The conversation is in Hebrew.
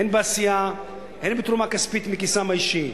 הן בעשייה, הן בתרומה כספית מכיסם האישי.